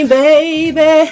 baby